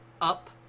Up